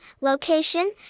Location